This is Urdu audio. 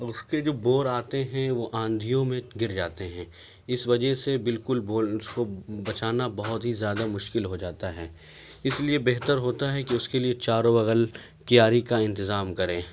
اس کے جو بور آتے ہیں وہ آندھیوں میں گر جاتے ہیں اس وجہ سے بالکل اس کو بچانا بہت ہی زیادہ مشکل ہو جاتا ہے اس لیے بہتر ہوتا ہے کہ اس کے لیے چاروں بغل کیاری کا انتظام کریں